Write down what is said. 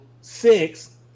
six